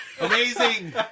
Amazing